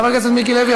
חבר הכנסת מיקי לוי,